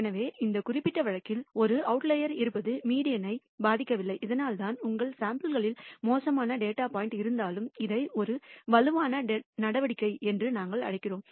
எனவே இந்த குறிப்பிட்ட வழக்கில் ஒரு அவுட்லயர்ஸ் இருப்பது மீடியன் ஐ பாதிக்கவில்லை அதனால்தான் உங்கள் சாம்பிள் களில் மோசமான டேட்டா பாயிண்ட் இருந்தாலும் இதை ஒரு வலுவான நடவடிக்கை என்று நாங்கள் அழைக்கிறோம்